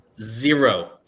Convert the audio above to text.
Zero